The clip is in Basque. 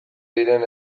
diren